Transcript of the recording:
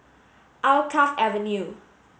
Alkaff Avenue